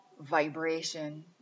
vibration